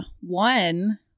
one